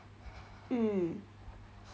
mm